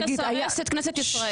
איך לסרס את כנסת ישראל.